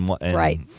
Right